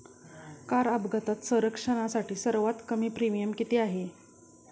Car अपघात संरक्षणासाठी सर्वात कमी प्रीमियम किती आहे?